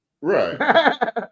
Right